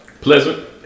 pleasant